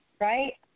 right